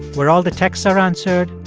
where all the texts are answered,